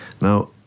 now